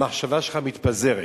אז המחשבה שלך מתפזרת,